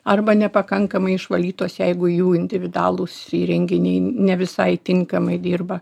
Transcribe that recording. arba nepakankamai išvalytos jeigu jų individualūs įrenginiai ne visai tinkamai dirba